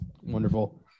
wonderful